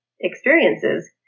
experiences